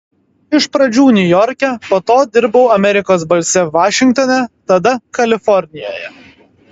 iš pradžių niujorke po to dirbau amerikos balse vašingtone tada kalifornijoje